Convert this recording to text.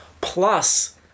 plus